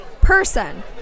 person